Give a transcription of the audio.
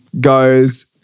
goes